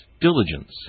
diligence